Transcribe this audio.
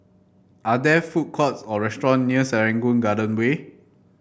are there food courts or restaurants near Serangoon Garden Way